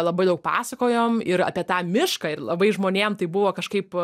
labai daug pasakojom ir apie tą mišką ir labai žmonėm tai buvo kažkaip